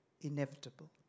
inevitable